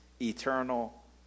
eternal